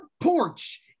porch